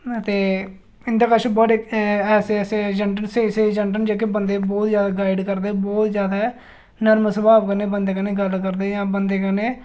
ते इं'दे कश बड़े ऐसे स्हेई स्हेई एजेंट न जेह्के बंदे गी बहुत जैदा गाईड करदे बहुत जैदा नर्म सुभाऽ बंदे कन्नै गल्ल करदे जां बंदे कन्नै